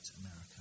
America